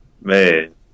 Man